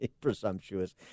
Presumptuous